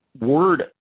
word